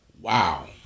Wow